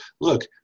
look